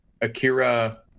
Akira